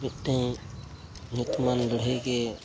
ᱢᱤᱫᱴᱮᱡ ᱧᱩᱛᱩᱢᱟᱱ ᱞᱟᱹᱲᱦᱟᱹᱭ ᱜᱮ